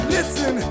Listen